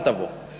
אל תבוא.